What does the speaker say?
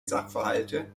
sachverhalte